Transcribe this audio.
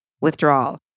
withdrawal